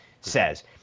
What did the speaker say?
says